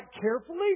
carefully